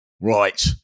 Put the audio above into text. Right